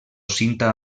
cinta